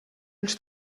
ulls